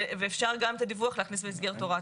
אפשר גם את הדיווח להכניס במסגרת הוראת